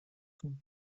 com